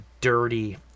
dirty